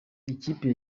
ikipe